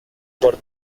por